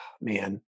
man